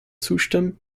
zustimmen